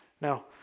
Now